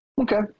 Okay